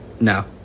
No